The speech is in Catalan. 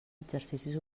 exercicis